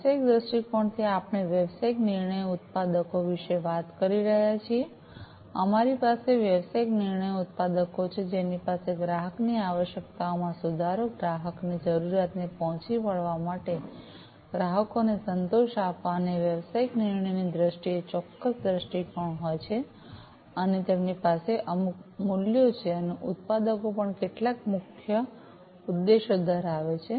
વ્યવસાયિક દ્રષ્ટિકોણથી આપણે વ્યવસાયિક નિર્ણય ઉત્પાદકો વિશે વાત કરી રહ્યા છીએ અમારી પાસે વ્યવસાયિક નિર્ણય ઉત્પાદકો છે જેની પાસે ગ્રાહકની આવશ્યકતાઓમાં સુધારો ગ્રાહકની જરૂરિયાતોને પહોંચી વળવા ગ્રાહકોને સંતોષ આપવા અને વ્યવસાયિક નિર્ણયની દ્રષ્ટિએ ચોક્કસ દ્રષ્ટિ હોય છે અને તેમની પાસે અમુક મૂલ્યો હોય છે અને ઉત્પાદકો પણ કેટલાક મુખ્ય ઉદ્દેશો ધરાવે છે